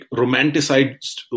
romanticized